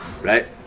Right